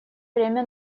время